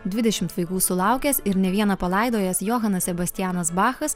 dvidešimt vaikų sulaukęs ir ne vieną palaidojęs johanas sebastianas bachas